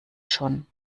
schon